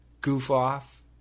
goof-off